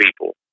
people